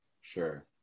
Sure